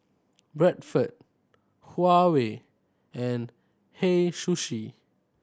Bradford Huawei and Hei Sushi